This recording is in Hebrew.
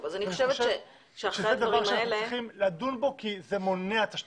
אני חושב שזה הדבר שאנחנו צריכים לדון בו כי זה מונע תשתיות.